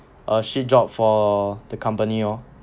err shit job for the company lor